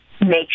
make